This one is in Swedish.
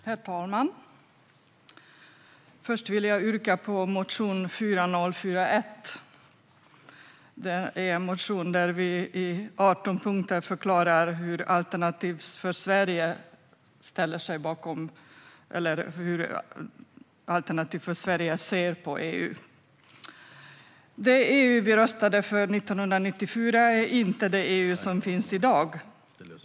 Herr talman! Först vill jag yrka bifall till motion 4041. Det är en motion där vi i 18 punkter förklarar hur Alternativ för Sverige ser på EU. Det EU vi röstade för 1994 är inte det EU som finns i dag.